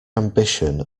ambition